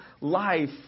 life